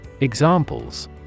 Examples